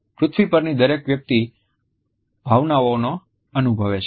પૃથ્વી પરની દરેક વ્યક્તિ ભાવનાઓ અનુભવે છે